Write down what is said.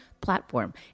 platform